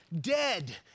dead